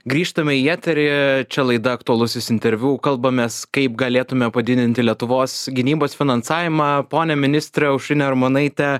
grįžtame į eterį čia laida aktualusis interviu kalbamės kaip galėtume padidinti lietuvos gynybos finansavimą ponia ministre aušrine armonaite